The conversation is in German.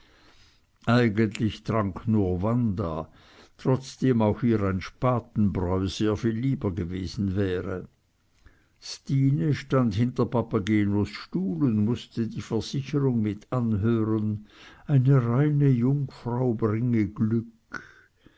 eigentlich trank nur wanda trotzdem auch ihr ein spatenbräu sehr viel lieber gewesen wäre stine stand hinter papagenos stuhl und mußte die versicherung mit anhören eine reine jungfrau bringe glück